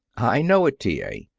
i know it, t. a.